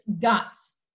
guts